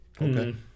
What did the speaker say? Okay